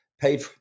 paid